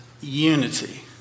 unity